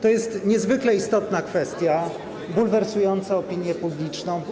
To jest niezwykle istotna kwestia, bulwersująca opinię publiczną.